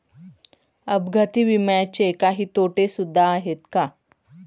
अपघाती विम्याचे काही तोटे सुद्धा आहेत का?